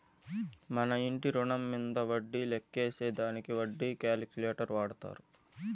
మన ఇంటి రుణం మీంద వడ్డీ లెక్కేసే దానికి వడ్డీ క్యాలిక్యులేటర్ వాడతారు